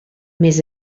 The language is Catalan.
més